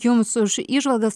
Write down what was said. jums už įžvalgas